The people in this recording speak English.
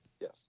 Yes